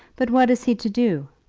but what is he to do?